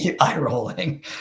eye-rolling